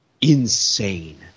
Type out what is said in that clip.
insane